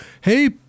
hey